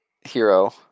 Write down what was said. hero